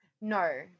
no